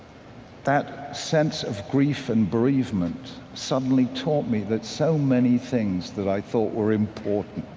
that sense of grief and bereavement suddenly taught me that so many things that i thought were important,